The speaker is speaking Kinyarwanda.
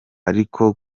ariko